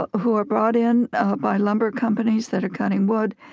ah who are brought in by lumber companies that are cutting wood,